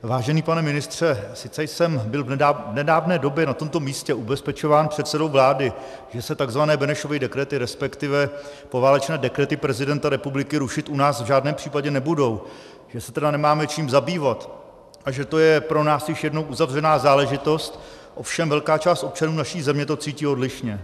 Vážený pane ministře, sice jsem byl v nedávné době na tomto místě ubezpečován předsedou vlády, že se tzv. Benešovy dekrety resp. poválečné dekrety prezidenta republiky rušit u nás v žádném případě nebudou, že se tedy nemáme čím zabývat a že to je pro nás již jednou uzavřená záležitost, ovšem velká část občanů naší země to cítí odlišně.